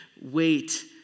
Wait